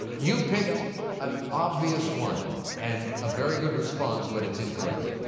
you picked an obvious one and a very good response, but it's incorrect.